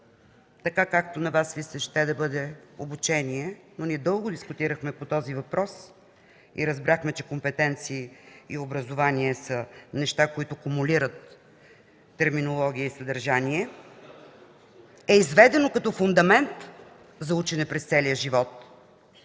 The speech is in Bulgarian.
– на Вас Ви се ще да бъде обучение, но ние дълго дискутирахме по този въпрос и разбрахме, че компетенции и образование са неща, които кумулират терминология и съдържание – е изведено като фундамент за учене през целия живот,